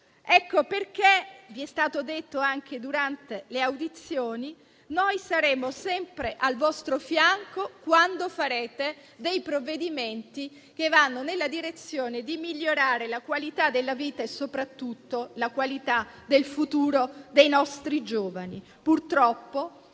Ecco perché - vi è stato detto anche durante le audizioni - noi saremo sempre al vostro fianco quando varerete provvedimenti che vanno nella direzione di migliorare la qualità della vita e soprattutto la qualità del futuro dei nostri giovani. Purtroppo,